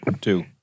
Two